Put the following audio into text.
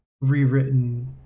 rewritten